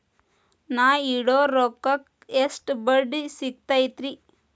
ನಾ ಇಡೋ ರೊಕ್ಕಕ್ ಎಷ್ಟ ಬಡ್ಡಿ ಸಿಕ್ತೈತ್ರಿ?